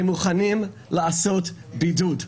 הם מוכנים לעשות בידוד.